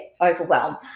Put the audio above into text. overwhelm